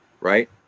right